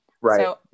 Right